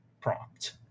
prompt